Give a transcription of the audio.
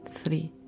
three